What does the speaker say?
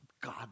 God